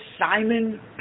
Simon